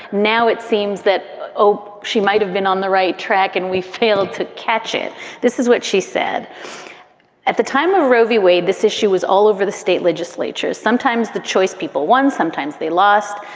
now it seems that she might have been on the right track and we failed to catch it this is what she said at the time of roe v. wade. this issue was all over the state legislatures. sometimes the choice people won, sometimes they lost.